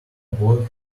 bought